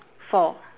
four